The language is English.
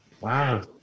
Wow